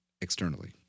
externally